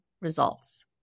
results